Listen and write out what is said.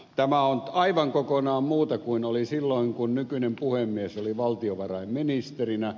tämä on aivan kokonaan muuta kuin oli silloin kun nykyinen puhemies oli valtiovarainministerinä